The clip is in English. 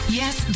yes